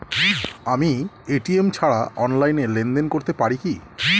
আমি এ.টি.এম ছাড়া অনলাইনে লেনদেন করতে পারি কি?